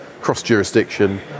cross-jurisdiction